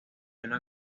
una